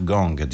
Gong